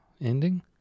ending